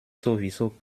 sowieso